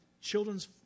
children's